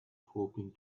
hoping